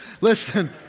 Listen